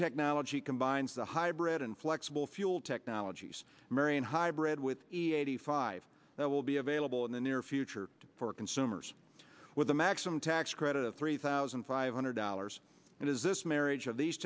technology combines the hybrid and flexible fuel technologies omarion hybrid with eighty five that will be available in the near future for consumers with a maximum tax credit of three thousand five hundred dollars and as this marriage of these